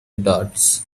dots